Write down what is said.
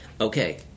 okay